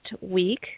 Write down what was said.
week